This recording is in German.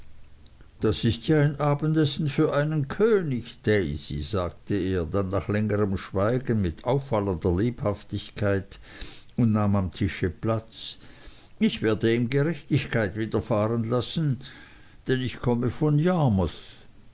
das ist ja ein abendessen für einen könig daisy sagte er dann nach längerem schweigen mit auffallender lebhaftigkeit und nahm am tische platz ich werde ihm gerechtigkeit widerfahren lassen denn ich komme von